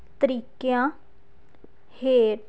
ਤਰੀਕਿਆਂ ਹੇਠ